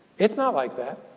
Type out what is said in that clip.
it's not like that.